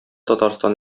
татарстан